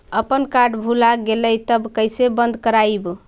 अपन कार्ड भुला गेलय तब कैसे बन्द कराइब?